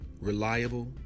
reliable